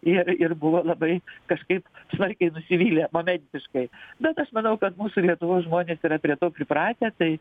ir ir buvo labai kažkaip smarkiai nusivylę momentiškai bet aš manau kad mūsų lietuvos žmonės yra prie to pripratę tai